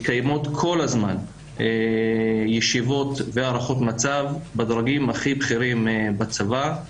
מתקיימות כל הזמן ישיבות וההערכות מצב בדרגים הכי בכירים בצבא,